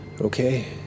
okay